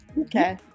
Okay